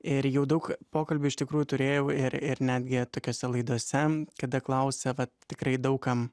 ir jau daug pokalbių iš tikrųjų turėjau ir ir netgi tokiose laidose kada klausia vat tikrai daug kam